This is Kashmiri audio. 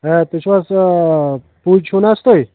ہے تُہۍ چھُو حظ پُج چھِو نہٕ حظ تُہۍ